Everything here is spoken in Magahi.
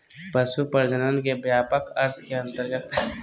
पशु प्रजनन के व्यापक अर्थ के अंतर्गत पशु के उत्पादन, पालन पोषण आर देखभाल होबई हई